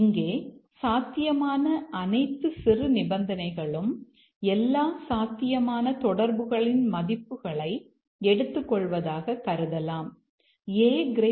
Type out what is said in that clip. இங்கே சாத்தியமான அனைத்து சிறு நிபந்தனைகளும் எல்லா சாத்தியமான தொடர்புகளின் மதிப்புகளை எடுத்துக்கொள்வதாக கருதலாம்